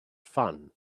fun